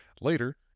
Later